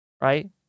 Right